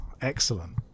excellent